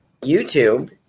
YouTube